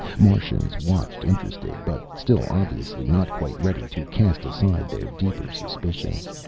martians watched, interested, but still obviously not quite ready to cast aside their deeper suspicions.